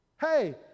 Hey